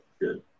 good